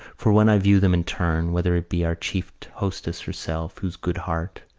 for when i view them in turn, whether it be our chief hostess herself, whose good heart,